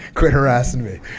quit harassing me